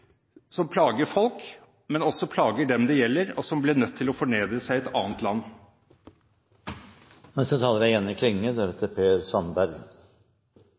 som plager folk, men som også plager dem det gjelder, som blir nødt til å fornedre seg i et annet land.